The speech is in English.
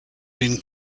been